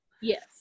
Yes